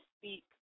speak